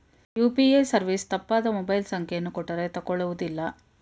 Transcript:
UPA service ತಪ್ಪಾದ mobile ಸಂಖ್ಯೆಯನ್ನು ಕೊಟ್ಟರೇ ತಕೊಳ್ಳುವುದಿಲ್ಲ